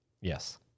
Yes